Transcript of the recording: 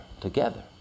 together